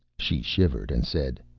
she shivered and said,